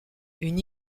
une